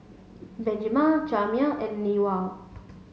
Benjiman Jamir and Newell